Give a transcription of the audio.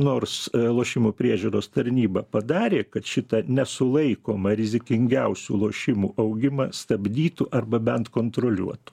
nors lošimų priežiūros tarnyba padarė kad šitą nesulaikomą rizikingiausių lošimų augimą stabdytų arba bent kontroliuotų